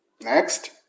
Next